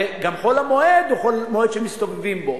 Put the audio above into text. הרי גם חול-המועד מסתובבים בו,